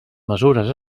mesures